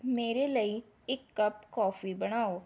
ਮੇਰੇ ਲਈ ਇੱਕ ਕੱਪ ਕੌਫੀ ਬਣਾਉ